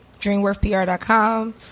dreamworthpr.com